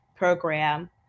program